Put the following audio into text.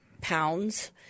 pounds